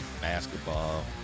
basketball